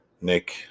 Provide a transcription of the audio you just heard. Nick